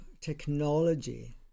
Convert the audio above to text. technology